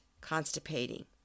constipating